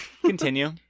Continue